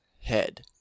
head